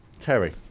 Terry